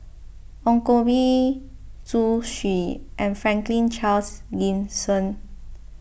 Ong Koh Bee Zhu Xu and Franklin Charles Gimson